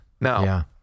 Now